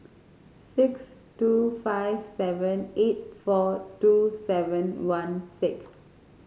six two five seven eight four two seven one six